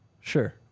Sure